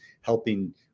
helping